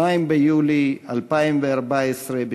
2 ביולי 2014,